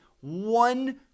One